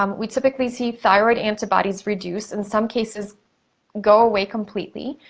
um we typically see thyroid antibodies reduce, in some cases go away completely,